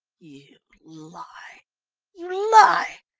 you lie you lie,